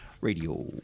radio